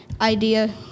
idea